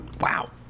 Wow